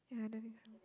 yeah I don't think so